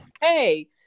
hey